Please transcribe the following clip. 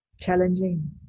challenging